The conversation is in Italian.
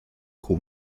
con